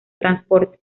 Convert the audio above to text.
transporte